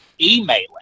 emailing